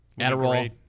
Adderall